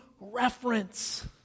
reference